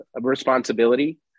responsibility